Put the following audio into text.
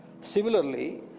similarly